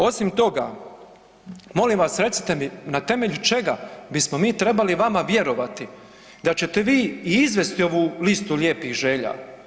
Osim toga, molim vas recite mi na temelju čega bismo mi trebali vama vjerovati da ćete vi i izvesti ovu listu lijepih želja?